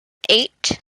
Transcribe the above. eight